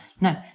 No